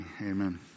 amen